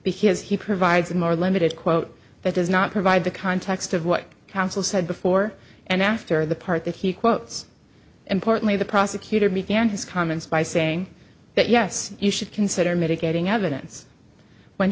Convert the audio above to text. because he provides a more limited quote that does not provide the context of what counsel said before and after the part that he quotes importantly the prosecutor began his comments by saying that yes you should consider mitigating evidence when